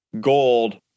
gold